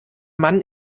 mann